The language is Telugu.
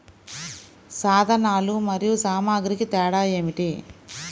సాధనాలు మరియు సామాగ్రికి తేడా ఏమిటి?